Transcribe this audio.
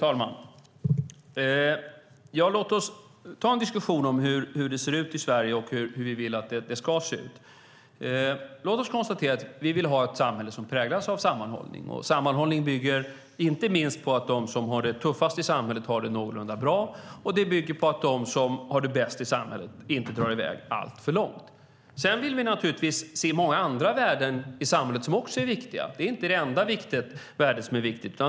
Fru talman! Låt oss ta en diskussion om hur det ser ut i Sverige och hur vi vill att det ska se ut. Låt oss konstatera att vi vill ha ett samhälle som präglas av sammanhållning. Sammanhållning bygger inte minst på att de som har det tuffast i samhället har det någorlunda bra och på att de som har det bäst i samhället inte drar i väg alltför långt. Vi vill se många andra värden i samhället som också är viktiga. Detta är inte det enda värde som är viktigt.